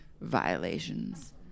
violations